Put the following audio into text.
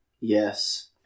Yes